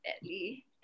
badly